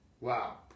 Wow